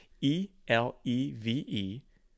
E-L-E-V-E